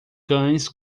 cães